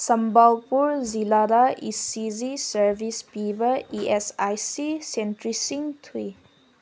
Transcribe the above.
ꯁꯝꯕꯥꯜꯄꯨꯔ ꯖꯤꯜꯂꯥꯗ E C G service ꯄꯤꯕ E S I C ꯁꯦꯟꯇꯔꯁꯤꯡ